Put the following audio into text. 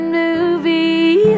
movie